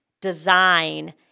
design